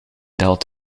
daalt